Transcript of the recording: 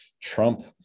Trump